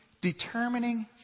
determining